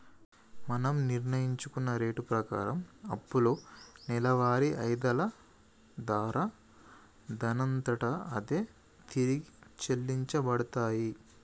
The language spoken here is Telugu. మనం నిర్ణయించుకున్న రేటు ప్రకారం అప్పులు నెలవారి ఆయిధాల దారా దానంతట అదే తిరిగి చెల్లించబడతాయి